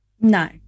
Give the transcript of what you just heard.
no